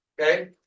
Okay